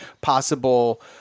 possible